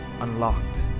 unlocked